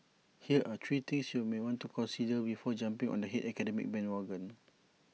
here are three things you may want to consider before jumping on the hate academic bandwagon